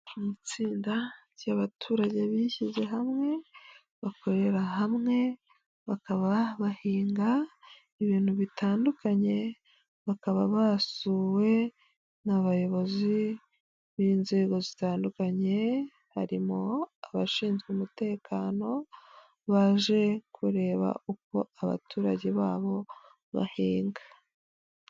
Mu itsinda ry'abaturage bishyize hamwe bakorera hamwe bakaba bahinga ibintu bitandukanye ,bakaba basuwe n'abayobozi b'inzego zitandukanye, harimo abashinzwe umutekano baje kureba uko abaturage babo bahinga.